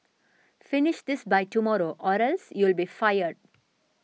finish this by tomorrow or else you'll be fired